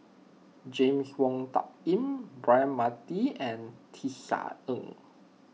James Wong Tuck Yim Braema Mathi and Tisa